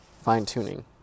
fine-tuning